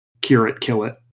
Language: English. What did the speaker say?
cure-it-kill-it